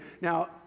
Now